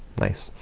nice.